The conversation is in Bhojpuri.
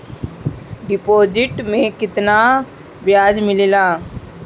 डिपॉजिट मे केतना बयाज मिलेला?